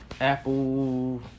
apple